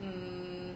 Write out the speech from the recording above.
um